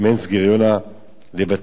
לבטל את כינוס החירום,